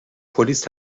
پلیس